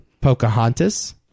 Pocahontas